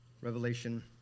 Revelation